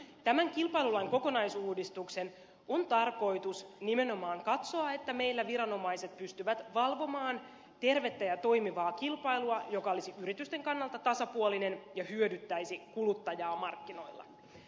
tämän kilpailulain kokonaisuudistuksen on tarkoitus nimenomaan katsoa että meillä viranomaiset pystyvät valvomaan tervettä ja toimivaa kilpailua joka olisi yritysten kannalta tasapuolinen ja hyödyttäisi kuluttajaa markkinoilla